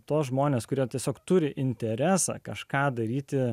tuos žmones kurie tiesiog turi interesą kažką daryti